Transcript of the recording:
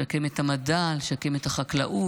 לשקם את המדע, לשקם את החקלאות,